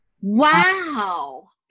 Wow